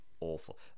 awful